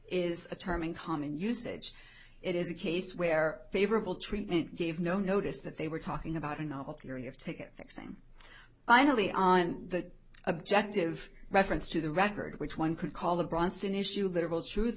is a term in common usage it is a case where favorable treatment gave no notice that they were talking about a novel theory of ticket fixing finally on the objective reference to the record which one could call the bronston issue literal truth